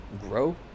grow